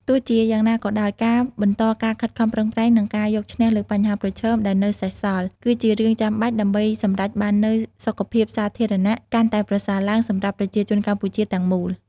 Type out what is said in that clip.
ទោះជាយ៉ាងណាក៏ដោយ ការបន្តការខិតខំប្រឹងប្រែង និងការយកឈ្នះលើបញ្ហាប្រឈមដែលនៅសេសសល់ គឺជារឿងចាំបាច់ដើម្បីសម្រេចបាននូវសុខភាពសាធារណៈកាន់តែប្រសើរឡើងសម្រាប់ប្រជាជនកម្ពុជាទាំងមូល។